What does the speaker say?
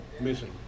missing